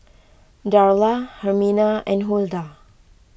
Darla Hermina and Huldah